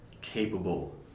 capable